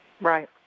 right